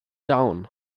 down